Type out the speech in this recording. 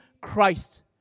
Christ